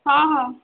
ହଁ ହଁ